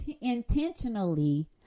intentionally